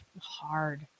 hard